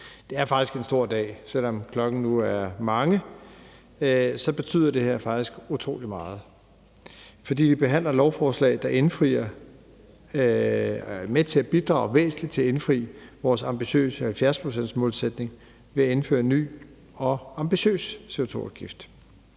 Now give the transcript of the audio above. Det er faktisk en stor dag, og selv om klokken nu er mange, betyder det her utrolig meget, fordi vi behandler et lovforslag, der er med til at bidrage væsentligt til at indfri vores ambitiøse 70-procentsmålsætning ved at indføre en ny og ambitiøs CO2-afgift.